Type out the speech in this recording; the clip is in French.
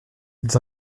ils